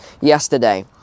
yesterday